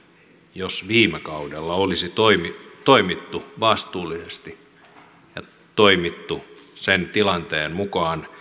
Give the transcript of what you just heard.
jos viime kaudella olisi toimittu vastuullisesti ja toimittu sen tilanteen mukaan